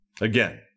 Again